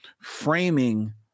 framing